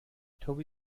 toby